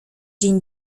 dzień